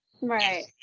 Right